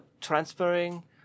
transferring